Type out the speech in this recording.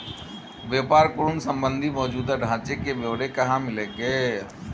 व्यापार ऋण संबंधी मौजूदा ढांचे के ब्यौरे कहाँ मिलेंगे?